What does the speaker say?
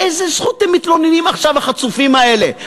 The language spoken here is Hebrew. באיזו זכות הם מתלוננים עכשיו החצופים האלה,